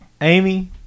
Amy